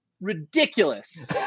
ridiculous